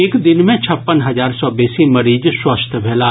एक दिन मे छप्पन हजार सॅ बेसी मरीज स्वस्थ भेलाह